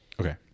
Okay